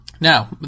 Now